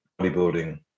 bodybuilding